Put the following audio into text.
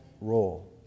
role